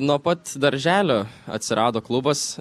nuo pat darželio atsirado klubas